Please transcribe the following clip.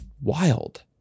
wild